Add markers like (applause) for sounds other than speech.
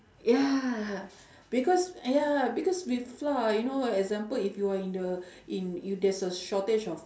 ya because ya because with flour you know example if you're in the (breath) in if there's a shortage of